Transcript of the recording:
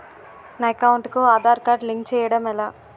నా అకౌంట్ కు Aadhaar card link చేయడం ఎలా?